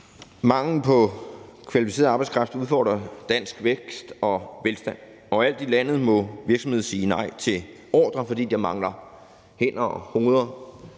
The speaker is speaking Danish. Manglen på kvalificeret arbejdskraft udfordrer dansk vækst og velstand. Overalt i landet må virksomheder sige nej til ordrer, fordi de mangler hænder og hoveder,